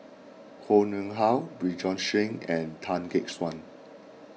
Koh Nguang How Bjorn Shen and Tan Gek Suan